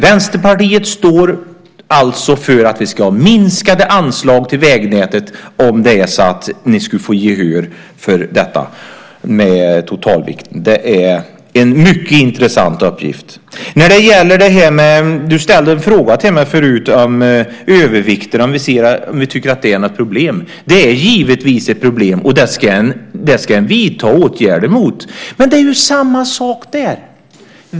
Vänsterpartiet står alltså för att vi ska ha minskade anslag till vägnätet, om ni skulle få gehör för totalvikten. Det är en mycket intressant uppgift. Du ställde en fråga till mig förut om övervikten, om vi tycker att det är något problem. Det är givetvis ett problem, och det ska man vidta åtgärder mot. Men det är ju samma sak där.